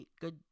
good